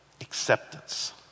acceptance